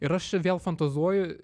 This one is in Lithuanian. ir aš vėl fantazuoju